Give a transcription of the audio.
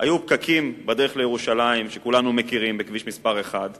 היו פקקים בדרך לירושלים בכביש מס' 1,